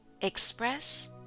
Express